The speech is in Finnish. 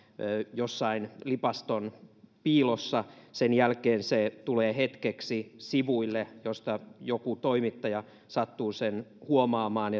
jossain lipaston piilossa sen jälkeen se tulee hetkeksi sivuille mistä joku toimittaja sattuu sen huomaamaan